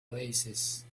oasis